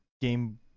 game